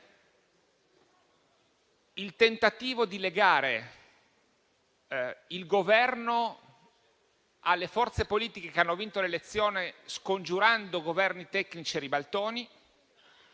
il tentativo di legare il Governo alle forze politiche che hanno vinto le elezioni, scongiurando Governi tecnici e ribaltoni,